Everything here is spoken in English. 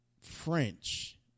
French